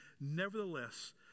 Nevertheless